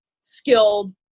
skilled